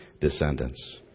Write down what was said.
descendants